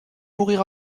mourir